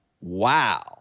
Wow